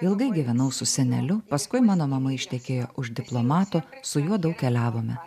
ilgai gyvenau su seneliu paskui mano mama ištekėjo už diplomato su juo daug keliavome